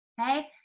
okay